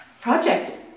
project